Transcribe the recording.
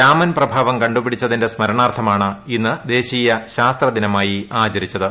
രാമൻ പ്രഭാവം കണ്ടുപിടിച്ചതിന്റെ സ്മരണാർത്ഥമാണ് ഇന്ന് ദേശീയ ശാസ്ത്ര ദിനമായി ആചരിച്ചത്